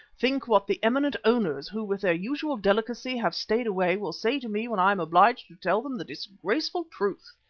think what the eminent owners, who with their usual delicacy have stayed away, will say to me when i am obliged to tell them the disgraceful truth.